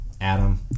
Adam